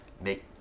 make